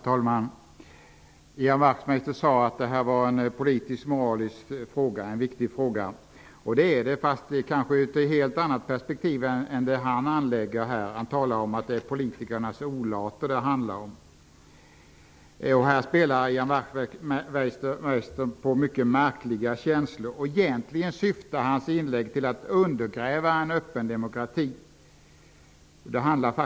Herr talman! Ian Wachtmeister säger att det här är en viktig politisk och moralisk fråga. Det är den, men kanske i ett helt annat perspektiv än det som han framlägger. Han talar om att det handlar om politikernas olater. Här spelar Ian Wachtmeister på mycket märkliga känslor. Hans inlägg syftar egentligen till att undergräva en öppen demokrati.